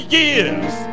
years